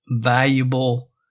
valuable